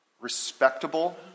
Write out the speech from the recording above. respectable